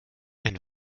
ein